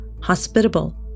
hospitable